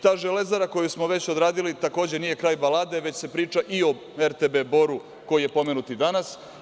Ta Železara koju smo već odradili takođe nije kraj balade, već se priča i o RTB Boru, koji je pomenut i danas.